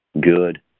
Good